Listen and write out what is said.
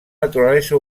naturalesa